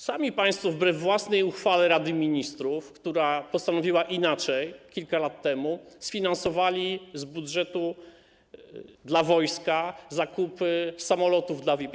Sami państwo wbrew własnej uchwale Rady Ministrów, która postanowiła inaczej kilka lat temu, sfinansowali z budżetu dla wojska zakupy samolotów dla VIP-ów.